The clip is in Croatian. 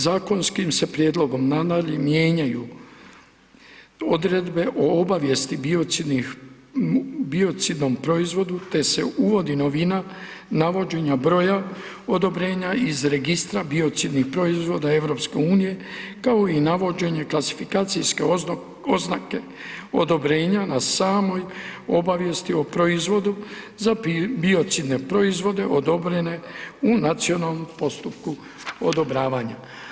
Zakonskim se prijedlogom nadalje mijenjaju odredbe o obavijesti biocidnih proizvoda te se uvodi novina navođenja broja odobrenja iz registra biocidnih proizvoda EU kao i navođenje kao i navođenje klasifikacijske oznake odobrenja na samoj obavijesti o proizvodu za biociodne proizvode odobrene u nacionalnom postupku odobravanja.